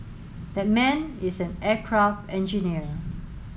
that man is an aircraft engineer